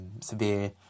severe